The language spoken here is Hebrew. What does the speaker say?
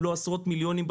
אם לא עשרות מיליונים,